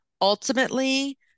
ultimately